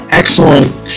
excellent